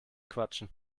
quatschen